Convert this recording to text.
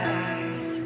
eyes